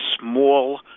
small